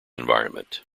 environment